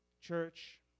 Church